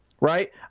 right